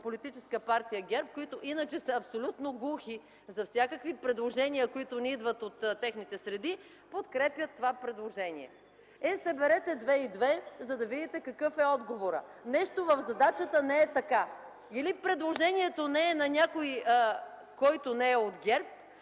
Политическа партия ГЕРБ, които иначе са абсолютно глухи за всякакви предложения, които не идват от техните среди – подкрепят това предложение. Съберете две и две, за да видите какъв е отговорът. Нещо в задачата не е така – или предложението не е на някой, който не е от ГЕРБ,